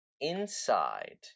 inside